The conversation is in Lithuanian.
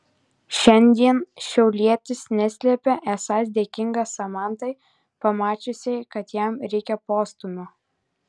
šiandien šiaulietis neslepia esąs dėkingas samantai pamačiusiai kad jam reikia postūmio